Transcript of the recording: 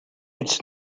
its